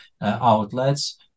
outlets